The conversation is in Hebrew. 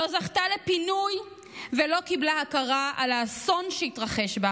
לא זכתה לפינוי ולא קיבלה הכרה על האסון שהתרחש בה.